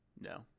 No